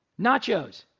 nachos